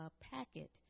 packet